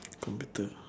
computer